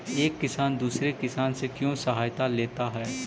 एक किसान दूसरे किसान से क्यों सहायता लेता है?